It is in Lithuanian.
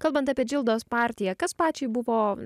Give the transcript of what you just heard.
kalbant apie džildos partiją kas pačiai buvo